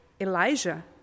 Elijah